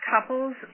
couples